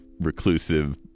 reclusive